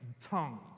tongue